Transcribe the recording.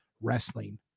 wrestling